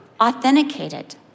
authenticated